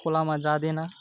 खोलामा जाँदैन